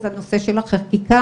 וזה הנושא של החקיקה.